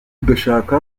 ndashaka